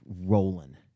rolling